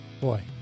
Boy